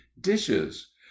dishes